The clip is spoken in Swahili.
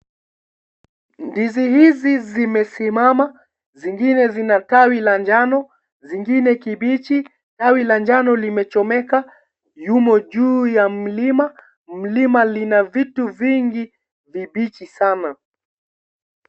Ndizi hizi zimesimama, zingine zina Tawi la njano, zingine kibichi. Tawi la njano limechomeka, yumo juu ya mlima. Mlima Lina vitu vingi vibichi Sana.